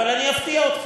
אבל אני אפתיע אותך.